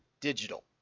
digital